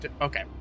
Okay